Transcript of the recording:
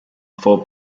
four